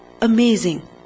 Amazing